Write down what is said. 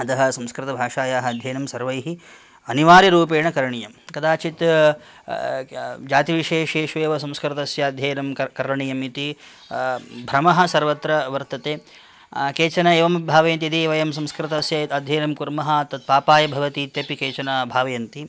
अतः संस्कृतभाषायाः अध्ययनं सर्वैः अनिवार्यरूपेण करणीयं कदाचित् जाति विशेषेषु एव संस्कृतस्य अध्ययनं कर करणीयम् इति भ्रमः सर्वत्र वर्तते केचन एवं भावयन्ति यदि वयं संस्कृतस्य अध्ययनं कुर्मः तत् पापाय भवति इत्यपि केचन भावयन्ति